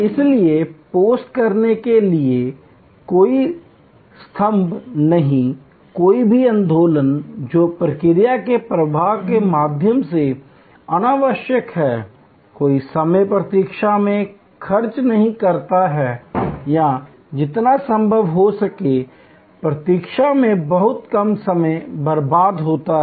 इसलिए पोस्ट करने के लिए कोई स्तंभ नहीं कोई भी आंदोलन जो प्रक्रिया के प्रवाह के माध्यम से अनावश्यक है कोई समय प्रतीक्षा में खर्च नहीं करता है या जितना संभव हो सके प्रतीक्षा में बहुत कम समय बर्बाद होता है